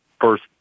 first